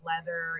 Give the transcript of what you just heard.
leather